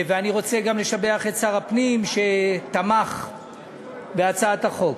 ואני רוצה גם לשבח את שר הפנים, שתמך בהצעת החוק.